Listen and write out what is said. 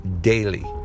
daily